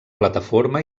plataforma